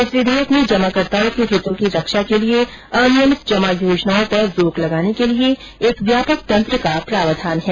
इस विधेयक में जमाकर्ताओं के हितों की रक्षा के लिए अनियमित जमा योजनाओं पर रोक लगाने के लिए एक व्यापक तंत्र का प्रावधान है